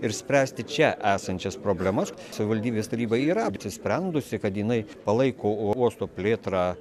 ir spręsti čia esančias problemas savivaldybės taryba yra apsisprendusi kad jinai palaiko uosto plėtrą